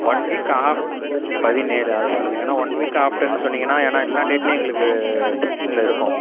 one week of பதினேலு அதை சொல்லுங்கள் ஏன்னா ஒன் வீக் ஆஃப்டர்னு சொன்னிங்கனா ஏன்னா எல்லா டேட்லையும் எங்களுக்கு புக்கிங்கில் இருக்கும்